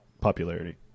popularity